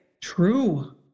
True